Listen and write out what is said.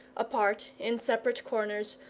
apart, in separate corners,